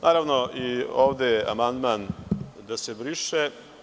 Naravno, ovde je amandman - da se briše.